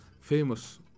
famous